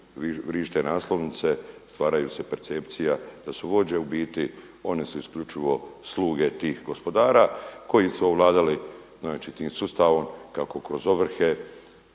vrište naslovnice, stvaraju se percepcija da su vođe. U biti oni su isključivo sluge tih gospodara koji su ovladali, znači tim sustavom kako kroz ovrhe